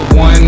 one